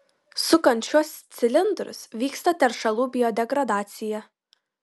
sukant šiuos cilindrus vyksta teršalų biodegradacija